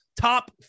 top